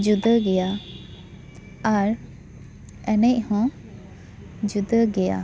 ᱡᱩᱫᱟᱹ ᱜᱮᱭᱟ ᱟᱨ ᱮᱱᱮᱡ ᱦᱚᱸ ᱡᱩᱫᱟᱹ ᱜᱮᱭᱟ